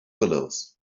willows